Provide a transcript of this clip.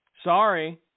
Sorry